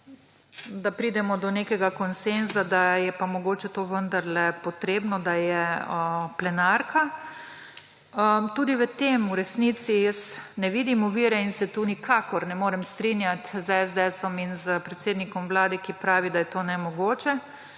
da pridemo do nekega konsenza, da je pa mogoče to vendarle potrebno, da je plenarka. Tudi v tem v resnici jaz ne vidim ovire in se tu nikakor ne morem strinjat s SDS in s predsednikom vlade, ki pravi, da je to nemogoče.